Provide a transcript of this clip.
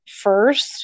first